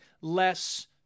less